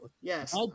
yes